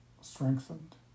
strengthened